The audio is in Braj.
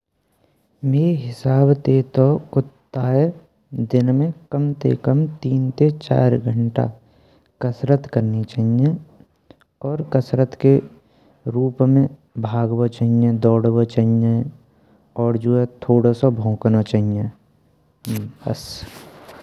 मैय्ये हिसाब तो कुत्ताए दिन में कम ते कम तीन ते चार घंटा कसरत करनी चाहियें। और कसरत के रूप में भागनो चाहियें दौड़नो चाहियें और थोड़ो सो भौंकन्नो चाहियें।